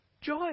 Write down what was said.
Joy